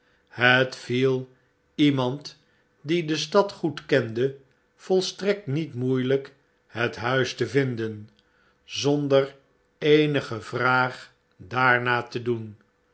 het viel iemand die de stad goed kende volstrekt met moeielp het huis te vinden zonder eenige vraag daarnaar te doen